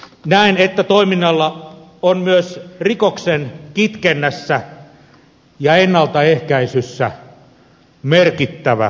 näen että toiminnalla on myös rikoksen kitkennässä ja ennaltaehkäisyssä merkittävä roolinsa